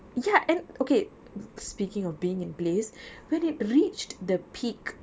ya and okay speaking of being in place